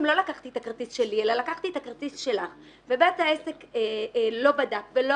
לא לקחתי את הכרטיס שלי אלא לקחתי את הכרטיס שלך ובית העסק לא בדק ולא